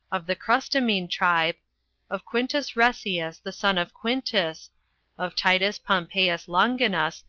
of the crustumine tribe of quintus resius, the son of quintus of titus pompeius longinus,